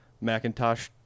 Macintosh